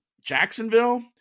Jacksonville